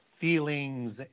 feelings